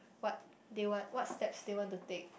what they what what steps they want to take